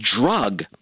drug